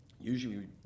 usually